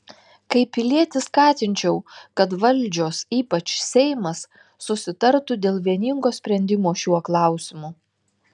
kaip pilietis skatinčiau kad valdžios ypač seimas susitartų dėl vieningo sprendimo šiuo klausimu